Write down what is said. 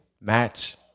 match